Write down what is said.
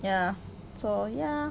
ya so ya